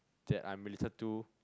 that I'm related to